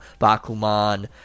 bakuman